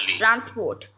transport